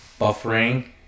buffering